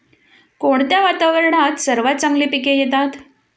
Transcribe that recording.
कोणत्या वातावरणात सर्वात चांगली पिके येतात?